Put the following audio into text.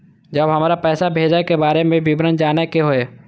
जब हमरा पैसा भेजय के बारे में विवरण जानय के होय?